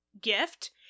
GIFT